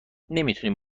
نمیتونیم